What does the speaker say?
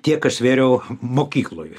tiek aš svėriau mokykloj